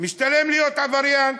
משתלם להיות עבריין,